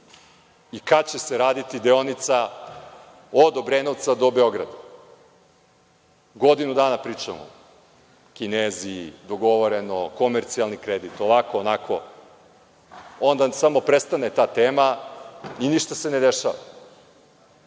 i kada će se raditi deonica od Obrenovca do Beograda? Godinu dana pričamo Kinezi, dogovoreno, komercijalni kredit, ovako, onako, onda samo prestane ta tema i ništa se ne dešava. Kada